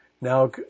Now